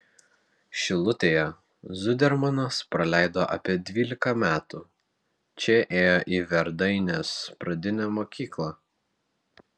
šilutėje zudermanas praleido apie dvylika metų čia ėjo į verdainės pradinę mokyklą